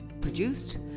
produced